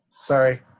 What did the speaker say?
Sorry